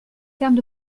termes